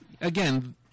again